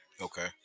Okay